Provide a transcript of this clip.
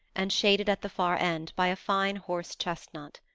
and shaded at the far end by a fine horse-chestnut.